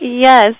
Yes